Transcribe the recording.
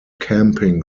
camping